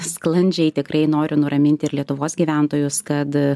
sklandžiai tikrai noriu nuramint ir lietuvos gyventojus kad